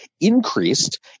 increased